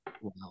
Wow